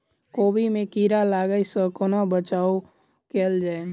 कोबी मे कीड़ा लागै सअ कोना बचाऊ कैल जाएँ?